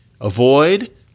Avoid